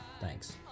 thanks